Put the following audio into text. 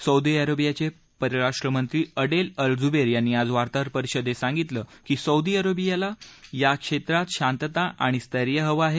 Saudi अरेबियाचे परराष्ट्रमंत्री Adel al Jubeir यांनी आज वार्ताहर परिषदेत सांगितलं की सौदी अरेबियाला या क्षेत्रात शांतता आणि स्थैर्य हवं आहे